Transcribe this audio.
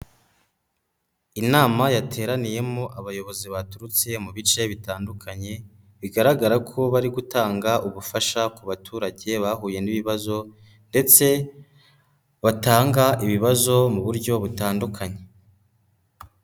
Inama yateraniyemo abayobozi baturutse mu bice bitandukanye, bigaragara ko bari gutanga ubufasha ku baturage bahuye n'ibibazo ndetse batanga ibibazo mu buryo butandukanye.